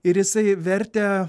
ir jisai vertė